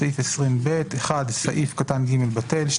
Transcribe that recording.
בסעיף 20ב (1) סעיף קטן (ג) בטל,